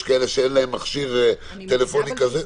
יש כאלה שאין להם מכשיר טלפוני כזה.